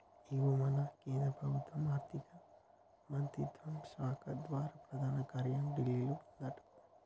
ఇగో మన కేంద్ర ప్రభుత్వ ఆర్థిక మంత్రిత్వ శాఖ ప్రధాన కార్యాలయం ఢిల్లీలో ఉందట